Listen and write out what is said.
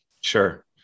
Sure